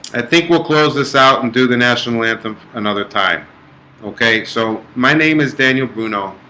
i think we'll close this out and do the national anthem another time okay, so my name is daniel boone. oh